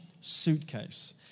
suitcase